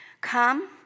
Come